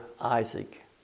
Isaac